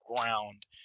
ground